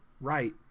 Right